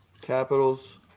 Capitals